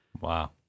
Wow